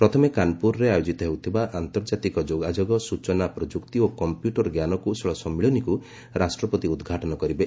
ପ୍ରଥମେ କାନପୁରରେ ଆୟୋଜିତ ହେଉଥିବା ଆନ୍ତର୍ଜାତିକ ଯୋଗାଯୋଗ ସୂଚନା ପ୍ରଯୁକ୍ତି ଓ କମ୍ପ୍ୟୁଟର ଜ୍ଞାନକୌଶଳ ସମ୍ମିଳନୀକୁ ରାଷ୍ଟ୍ରପତି ଉଦ୍ଘାଟନ କରିବେ